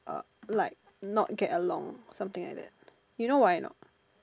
uh like not get along you know why or not